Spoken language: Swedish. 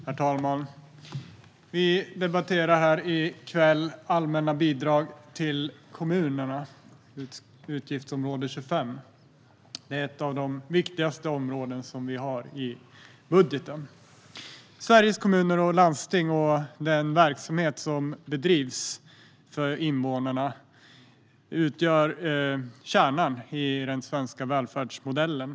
Herr talman! Vi debatterar här i kväll allmänna bidrag till kommunerna, utgiftsområde 25. Det är ett av de viktigaste områden som vi har i budgeten. Sveriges kommuner och landsting och den verksamhet som bedrivs för invånarna utgör kärnan i den svenska välfärdsmodellen.